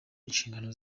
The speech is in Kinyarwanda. inshingano